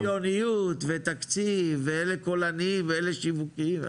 שוויוניות ותקציב, ואלה פולנים ואלה שיווקיים.